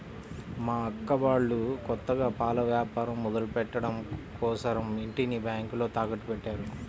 మా అక్క వాళ్ళు కొత్తగా పాల వ్యాపారం మొదలుపెట్టడం కోసరం ఇంటిని బ్యేంకులో తాకట్టుపెట్టారు